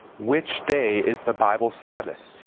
which day is the bible sabbath?